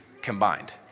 combined